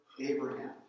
Abraham